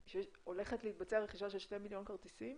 שהולכת להתבצע רכישה של 2 מיליון כרטיסים?